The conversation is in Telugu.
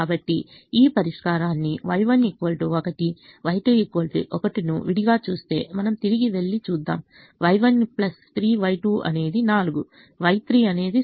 కాబట్టి ఈ పరిష్కారాన్ని Y1 1Y2 1 ను విడిగా చూస్తే మనము తిరిగి వెళ్లి చూస్తాము Y1 3Y2 అనేది 4 Y3 అనేది 0